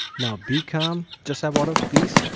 now be calm. just have water. please.